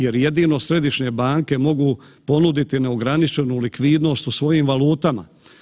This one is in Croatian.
Jer jedino središnje banke mogu ponuditi neograničenu likvidnost u svojim valutama.